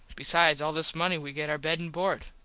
besides all this money we get our bed and board.